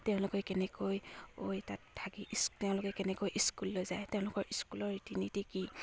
তেওঁলোকে কেনেকৈ ঐ তাত থাকি তেওঁলোকে কেনেকৈ স্কুললৈ যায় তেওঁলোকৰ স্কুলৰ ৰীতি নীতি কি